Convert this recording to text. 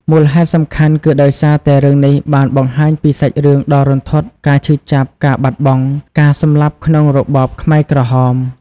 មូលហេតុសំខាន់គឺដោយសារតែរឿងនេះបានបង្ហាញពីសាច់រឿងដ៏រន្ធត់ ការឈឺចាប់ ការបាត់បង់ ការសម្លាប់ក្នុងរបបខ្មែរក្រហម។